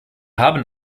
haben